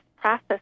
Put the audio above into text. process